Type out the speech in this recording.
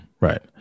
right